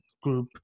group